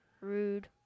rude